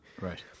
Right